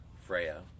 Freya